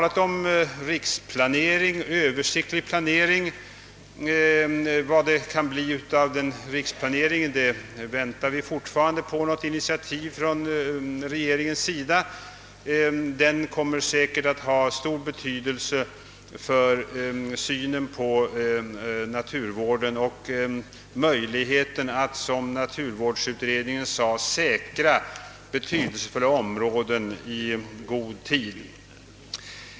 Det har också talats om riksplanering, alltså en översiktlig planering, och där väntar vi alltjämt på initiativ från regeringen. En sådan planering kommer säkert att ha stor betydelse för synen på naturvården och möjligheterna att säkra betydelsefulla områden i god tid i enlighet med vad naturvårdsutredningen framhållit.